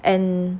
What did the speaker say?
and